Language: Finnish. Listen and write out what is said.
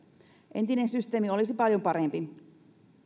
entinen systeemi olisi paljon parempi